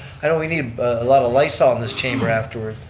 i know we need a lot of lysol in this chamber afterward.